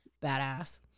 badass